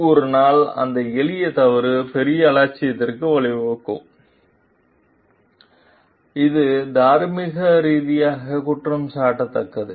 எனவே ஒரு நாள் அந்த எளிய தவறு பெரிய அலட்சியத்திற்கு வழிவகுக்கும் இது தார்மீக ரீதியாக குற்றம் சாட்டத்தக்கது